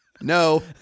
no